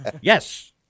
Yes